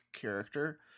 character